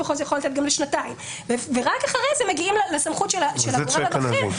שיכול לתת גם לשנתיים ורק אחרי כן מגיעים לסמכות של הגורם הבכיר.